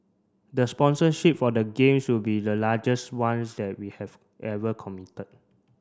the sponsorship for the Games will be the largest ones that we have ever committed